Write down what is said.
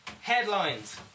Headlines